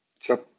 Sure